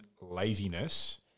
laziness